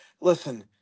listen